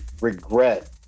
regret